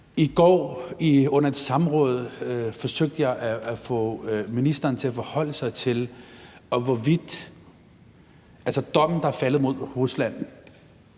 I går under et samråd forsøgte jeg at få ministeren til at forholde sig til dommen, der er faldet mod Rusland.